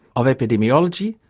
of epidemiology,